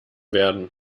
werden